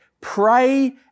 pray